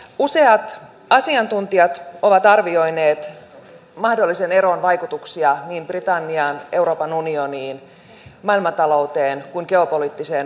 useat asiantuntijat ovat arvioineet mahdollisen eron vaikutuksia niin britanniaan euroopan unioniin maailmantalouteen kuin geopoliittiseen vakauteenkin